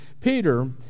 Peter